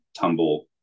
tumble